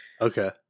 Okay